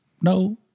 no